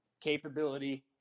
capability